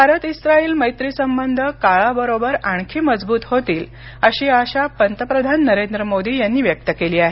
Bharat Israel मैत्रीसंबंध काळाबरोबर आणखी मजबूत होतील अशी आशा पंतप्रधान नरेंद्र मोदी यांनी व्यक्त केली आहे